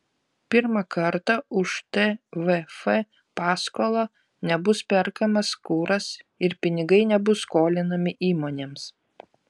pirmą kartą už tvf paskolą nebus perkamas kuras ir pinigai nebus skolinami įmonėms